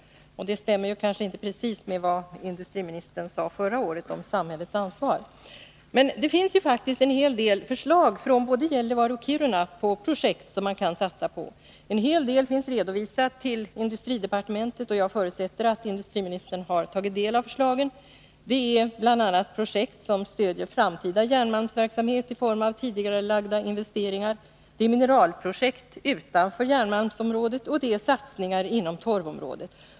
Det stämmer kanske inte precis med det industriministern sade förra året om samhällets ansvar. Men det finns faktiskt en hel del förslag från både Gällivare och Kiruna till. Nr 103 projekt som man kan satsa på. En hel del har redovisats för industridepar Måndagen den tementet, och jag förutsätter att industriministern har tagit del av förslagen. 22 mars 1982 Det är bl.a. projekt som stöder framtida järnmalmsverksamhet i form av tidigarelagda investeringar, det är mineralprojekt utanför järnmalmsområdet, och det är satsningar inom torvområdet.